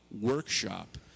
workshop